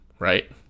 right